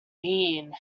mean